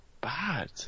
bad